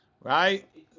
right